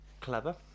clever